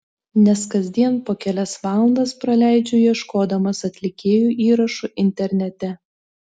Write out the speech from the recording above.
nes kasdien po kelias valandas praleidžiu ieškodamas atlikėjų įrašų internete